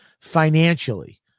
financially